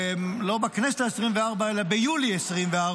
לא בכנסת העשרים-וארבע, אלא ביולי 2024,